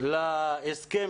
להסכם